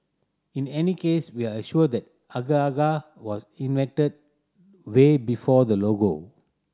in any case we are assure the agar agar was invented way before the logo